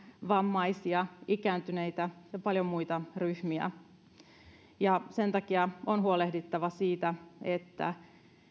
vammaisia ikääntyneitä ja paljon muita ryhmiä sen takia on huolehdittava siitä että